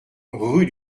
rue